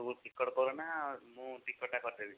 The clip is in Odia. ତୁ ଟିକେଟ୍ କରନା ମୁଁ ଟିକେଟ୍ଟା କରିଦେବି